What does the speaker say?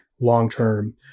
long-term